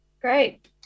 Great